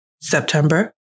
September